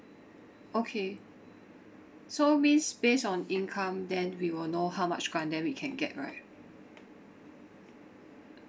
okay so means based on income then we will know how much grant that we can get right